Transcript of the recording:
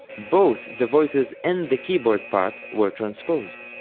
both the voices and the keyboard part were transposed.